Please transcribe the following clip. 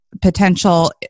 potential